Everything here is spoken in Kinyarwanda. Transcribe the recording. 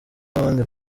n’abandi